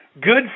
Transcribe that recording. good